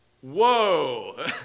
whoa